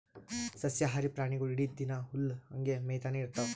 ಸಸ್ಯಾಹಾರಿ ಪ್ರಾಣಿಗೊಳ್ ಇಡೀ ದಿನಾ ಹುಲ್ಲ್ ಹಂಗೆ ಮೇಯ್ತಾನೆ ಇರ್ತವ್